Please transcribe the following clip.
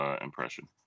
impression